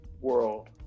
world